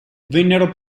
vennero